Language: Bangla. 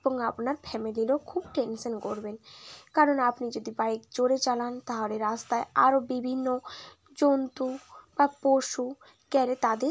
এবং আপনার ফ্যামিলিরও খুব টেনশান করবেন কারণ আপনি যদি বাইক জোরে চালান তাহলে রাস্তায় আরও বিভিন্ন জন্তু বা পশু গেলে তাদের